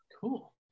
Cool